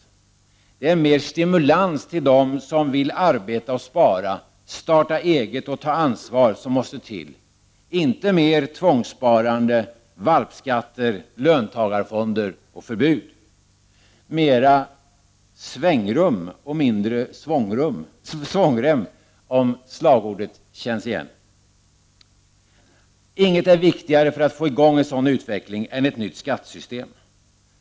Det är mer stimulans till dem som vill arbeta och spara, starta eget och ha ansvar som måste till. Inte mer tvångssparande, valpskatter, löntagarfonder och förbud. Mera svängrum och mindre svångrem, om slagordet känns igen. Inget är viktigare för att få i gång en sådan utveckling än ett nytt skattesystem.